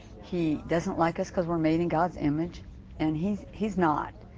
he doesn't like us because we're made in god's image and he's he's not.